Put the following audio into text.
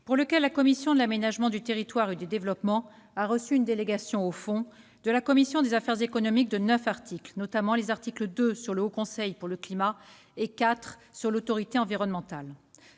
pour lequel la commission de l'aménagement du territoire et du développement durable a reçu une délégation au fond de la commission des affaires économiques de neuf articles, notamment l'article 2, sur le Haut Conseil pour le climat, et l'article 4 sur l'autorité environnementale.